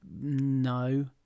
No